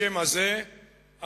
השם הזה אכן